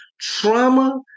Trauma